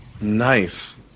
Nice